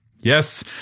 Yes